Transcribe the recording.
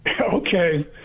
Okay